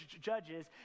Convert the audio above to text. Judges